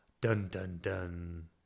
dun-dun-dun